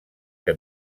que